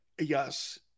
yes